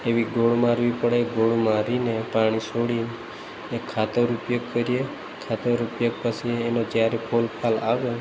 એવી ગોળ મારવી પડે ગોળ મારીને પાણી છોડી અને ખાતર ઉપયોગ કરીએ ખાતર ઉપયોગ પછી એનો જ્યારે ફૂલ ફલ આવે